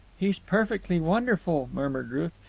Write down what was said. he's perfectly wonderful! murmured ruth.